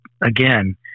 again